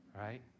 Right